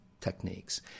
techniques